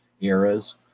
eras